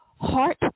heart